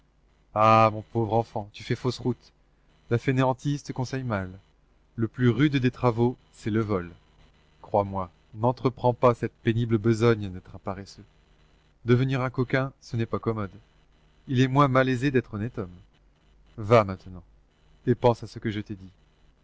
ah mon pauvre enfant tu fais fausse route la fainéantise te conseille mal le plus rude des travaux c'est le vol crois-moi n'entreprends pas cette pénible besogne d'être un paresseux devenir un coquin ce n'est pas commode il est moins malaisé d'être honnête homme va maintenant et pense à ce que je t'ai dit